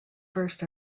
first